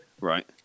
Right